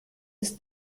ist